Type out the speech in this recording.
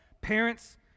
Parents